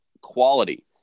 quality